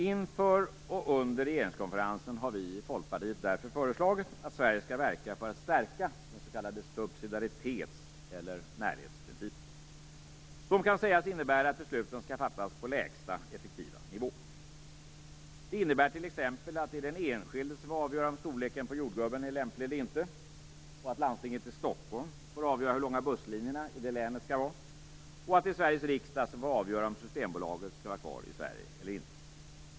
Inför och under regeringskonferensen har vi i Folkpartiet därför föreslagit att Sverige skall verka för att stärka den s.k. subsidiaritets eller närhetsprincipen, som kan sägas innebära att besluten skall fattas på lägsta effektiva nivå. Det innebär t.ex. att det är den enskilde som avgör om storleken på jordgubben är lämplig eller inte, att landstinget i Stockholm får avgöra hur långa busslinjerna i det länet skall vara och att det är Sveriges riksdag som får avgöra om Systembolaget skall vara kvar i Sverige eller inte.